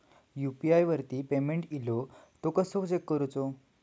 UPI वरती payment इलो तो कसो चेक करुचो?